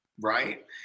Right